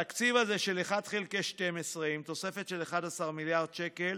התקציב הזה של 1 חלקי 12 עם תוספת של 11 מיליארד שקל